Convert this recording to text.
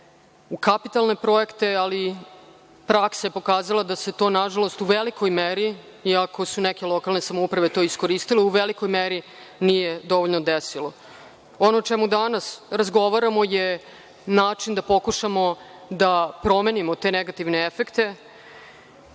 u kapitalne projekte, ali praksa je pokazala da se to nažalost u velikoj meri, iako su neke lokalne samouprave to iskoristile u velikoj meri nije dovoljno desilo. Ono o čemu danas razgovaramo je način da pokušamo da promenimo te negativne efekte,